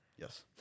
Yes